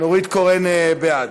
נורית קורן, בעד.